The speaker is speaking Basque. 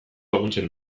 laguntzen